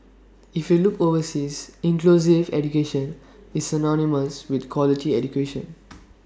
if you look overseas inclusive education is synonymous with quality education